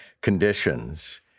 conditions